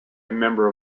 member